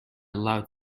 allowed